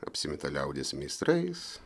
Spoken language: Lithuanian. apsimeta liaudies meistrais